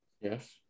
Yes